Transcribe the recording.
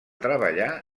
treballar